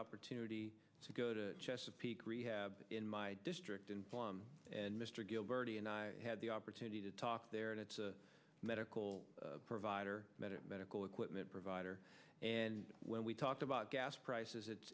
opportunity to go to chesapeake rehab in my district in plum and mr gilbert and i had the opportunity to talk there and it's a medical provider medical equipment provider and when we talked about gas prices it